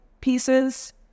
pieces